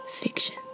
fiction